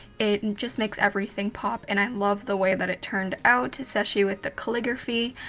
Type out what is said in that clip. it and just makes everything pop. and i love the way that it turned out, especially with the calligraphy,